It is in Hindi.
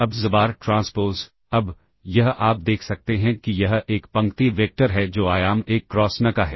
अब xbar ट्रांसपोज़ अब यह आप देख सकते हैं कि यह एक पंक्ति वेक्टर है जो आयाम 1 क्रॉस n का है